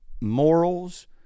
morals